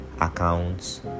accounts